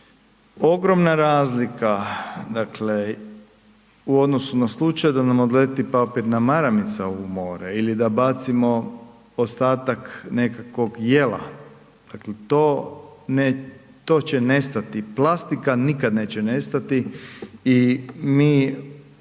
ogromna razlika u odnosu da nam slučajno odleti papirna maramica u more ili da bacimo ostatak nekakvog jela, dakle to će nestati. Plastika nikad neće nestati. I mi